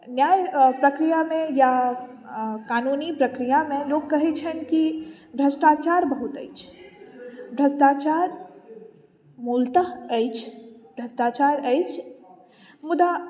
न्याय प्रक्रियामे या कानूनी प्रक्रियामे लोक कहैत छथि कि भ्रष्टाचार बहुत अछि भ्रष्टाचार मूलतः अछि भ्रष्टाचार अछि मुदा